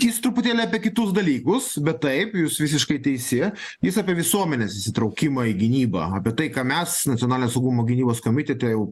jis truputėlį apie kitus dalykus bet taip jūs visiškai teisi jis apie visuomenės įsitraukimą į gynybą apie tai ką mes nacionalinio saugumo gynybos komitete jau